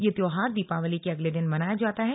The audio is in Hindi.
यह त्योहार दीपावली के अगले दिन मनाया जाता है